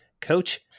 Coach